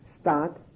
start